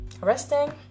resting